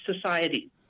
society